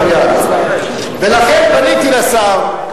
ולכן פניתי לשר,